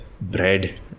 bread